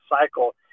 cycle